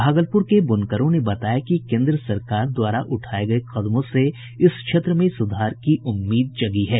भागलपुर के बुनकरों ने बताया कि केन्द्र सरकार द्वारा उठाये गये कदमों से इस क्षेत्र में सुधार की उम्मीद जगी है